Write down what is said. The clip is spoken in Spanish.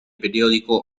periódico